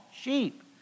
sheep